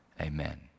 Amen